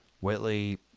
whitley